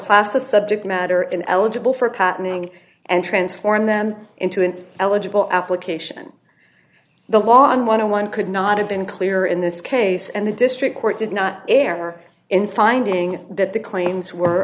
class of subject matter and eligible for patenting and transform them into an eligible application the law on one on one could not have been clear in this case and the district court did not err in finding that the claims were